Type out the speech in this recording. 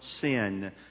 sin